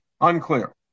unclear